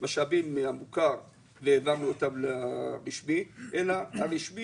משאבים מהמוכר והעברנו אותם לרשמי אלא ברשמי